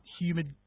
humid